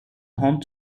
home